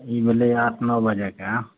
ई भेलै आठ नओ बजे के